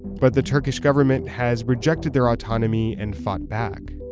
but the turkish government has rejected their autonomy and fought back.